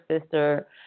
sister